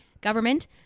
government